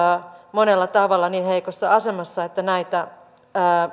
monella tavalla niin heikossa asemassa että näitä